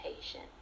patient